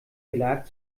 belag